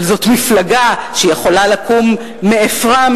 אבל זאת מפלגה שיכולה לקום מעפרה,